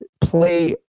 play